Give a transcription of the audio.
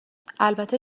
البته